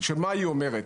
שמה היא אומרת?